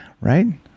right